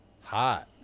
Hot